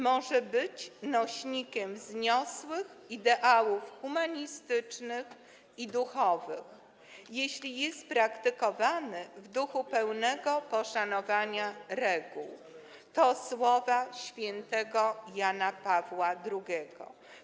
Może być nośnikiem wzniosłych ideałów humanistycznych i duchowych, jeśli jest praktykowany w duchu pełnego poszanowania reguł - to słowa św. Jana Pawła II.